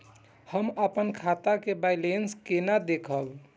हम अपन खाता के बैलेंस केना देखब?